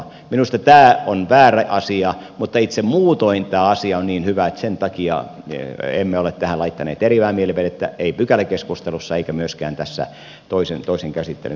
minusta tämä on väärä asia mutta muutoin itse tämä asia on niin hyvä että sen takia emme ole tähän laittaneet eriävää mielipidettä ei pykäläkeskustelussa eikä myöskään tässä toisen käsittelyn keskustelussa